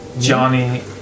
Johnny